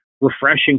refreshing